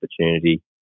opportunity